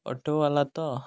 auto ବାଲା ତ